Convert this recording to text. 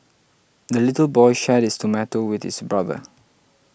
the little boy shared his tomato with his brother